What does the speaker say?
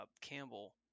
Campbell